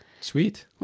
Sweet